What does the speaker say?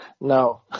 No